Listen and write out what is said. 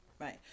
Right